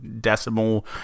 decimal